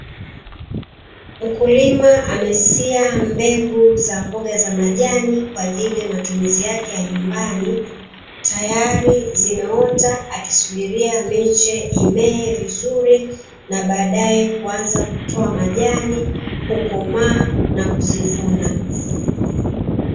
Mkulima amesia mbegu za mboga za majani kwa ajili ya matumizi yake ya nyumbani, tayari zimeota akisumbiria miche imee vizuri na baadae ianze kutoa majani kukomaa na kuzivuna.